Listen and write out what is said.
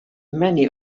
many